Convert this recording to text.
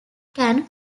can